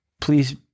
please